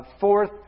fourth